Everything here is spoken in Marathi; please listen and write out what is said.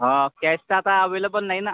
हा कॅश तर आता अव्हेलेबल नाही ना